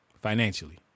Financially